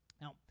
Now